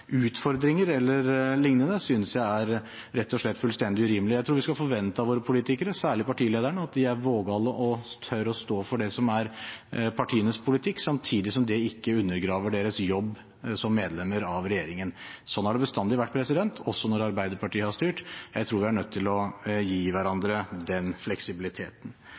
utfordringer eller lignende, synes jeg rett og slett er fullstendig urimelig. Jeg tror vi skal forvente av våre politikere, særlig av partilederne, at de er vågale og tør å stå for det som er partienes politikk, samtidig som det ikke undergraver deres jobb som medlemmer av regjeringen. Slik har det bestandig vært, også når Arbeiderpartiet har styrt. Jeg tror vi er nødt til å gi hverandre den fleksibiliteten.